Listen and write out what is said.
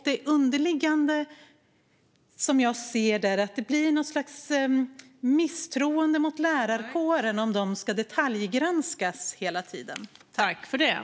Det underliggande som jag ser där är att det riktas ett slags misstroende mot lärarkåren om den hela tiden ska detaljgranskas.